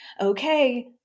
okay